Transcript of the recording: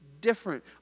different